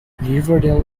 riverdale